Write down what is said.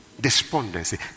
Despondency